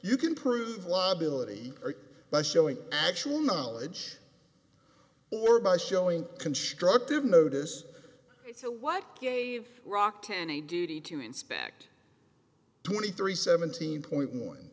you can prove law belittle or by showing actual knowledge or by showing constructive notice to what gave rockton a duty to inspect twenty three seventeen point one